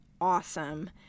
awesome